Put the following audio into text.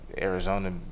arizona